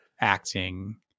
acting